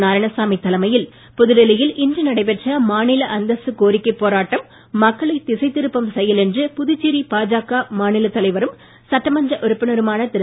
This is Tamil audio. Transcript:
நாராயணசாமி தலைமையில் புதுடெல்லியில் இன்று நடைபெற்ற மாநில அந்தஸ்து கோரிக்கை போராட்டம் மக்களை திசை திருப்பும் செயல் என்று புதுச்சேரி பாஜக மாநிலத் தலைவரும் சட்டமன்ற உறுப்பினருமாக திரு